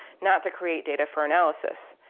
not to create data for analysis.